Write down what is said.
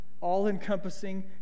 all-encompassing